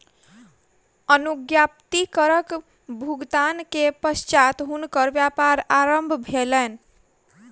अनुज्ञप्ति करक भुगतान के पश्चात हुनकर व्यापार आरम्भ भेलैन